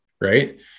right